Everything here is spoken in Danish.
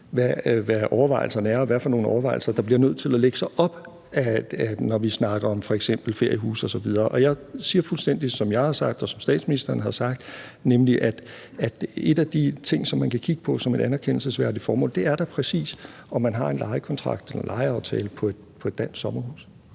hvad overvejelserne er, og hvad for nogle overvejelser der bliver nødt til at lægge sig op ad det, når vi snakker om f.eks. feriehuse osv. Og jeg siger, fuldstændig som jeg har sagt, og som statsministeren har sagt, nemlig at en af de ting, som man kan kigge på som et anerkendelsesværdigt formål, da præcis er, om man har en lejekontrakt eller en lejeaftale på et dansk sommerhus.